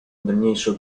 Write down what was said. дальнейшую